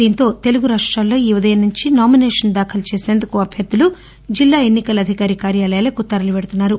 దీంతో తెలుగు రాష్టాల్లో ఈ ఉదయం నుంచి నామినేషన్ దాఖలు చేసేందుకు అభ్యర్థలు జిల్లా ఎన్నికల అధికారి కార్యాలయాలకు తరలి వెళ్తున్నారు